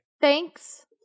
Thanks